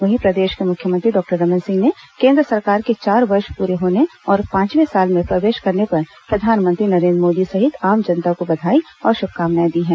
वहीं प्रदेश के मुख्यमंत्री डॉक्टर रमन सिंह ने केंद्र सरकार के चार वर्ष पूरे होने और पांचवें साल में प्रवेश करने पर प्रधानमंत्री नरेन्द्र मोदी सहित आम जनता को बधाई और शुभकामनाएं दी हैं